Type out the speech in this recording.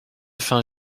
fin